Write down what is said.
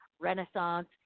Renaissance